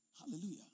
Hallelujah